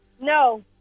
no